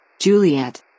Juliet